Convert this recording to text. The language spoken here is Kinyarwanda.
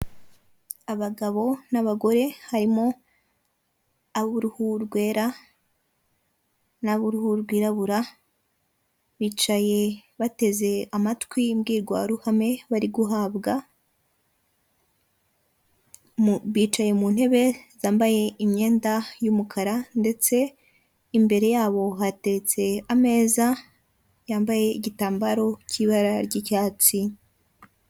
Abagabo n'abagore harimo abo uruhu rwera, nabo uruhu rwera rwirabura bicaye bateze amatwi imbwirwaruhame, bari bicaye mutebe zambaye imyenda y'umukara ndetse imbere yabo hatetse ameza yambaye igitambaro cy'ibara ry'icyatsi.